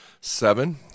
seven